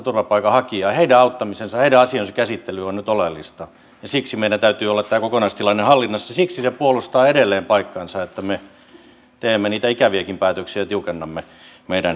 heidän auttamisensa heidän asiansa käsittely on nyt oleellista ja siksi meillä täytyy olla tämä kokonaistilanne hallinnassa siksi puolustaa edelleen paikkaansa se että me teemme niitä ikäviäkin päätöksiä ja tiukennamme meidän järjestelmäämme